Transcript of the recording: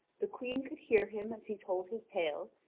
the queen could hear him as he told his tale,